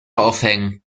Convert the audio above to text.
aufhängen